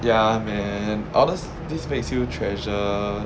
ya man although~ this makes you treasure